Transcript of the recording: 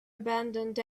abandoned